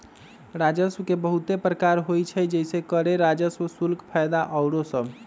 राजस्व के बहुते प्रकार होइ छइ जइसे करें राजस्व, शुल्क, फयदा आउरो सभ